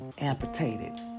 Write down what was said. amputated